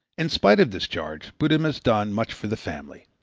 in spite of this charge buddhism has done much for the family.